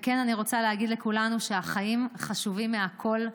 וכן, אני רוצה להגיד לכולנו שהחיים חשובים מכול.